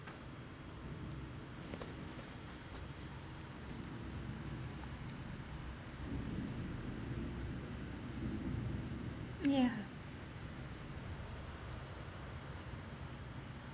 yeah